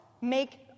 make